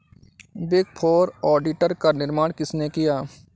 Big four auditor का निर्माण किसने किया?